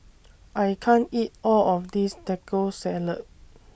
I can't eat All of This Taco Salad